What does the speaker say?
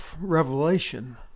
revelation